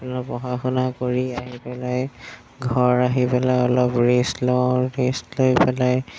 পঢ়া শুনা কৰি আহি পেলাই ঘৰ আহি পেলাই অলপ ৰেষ্ট লওঁ ৰেষ্ট লৈ পেলাই